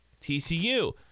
TCU